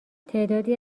تعدادی